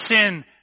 sin